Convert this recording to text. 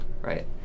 right